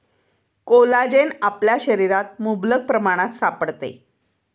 collagen आपल्या शरीरात मुबलक प्रमाणात सापडते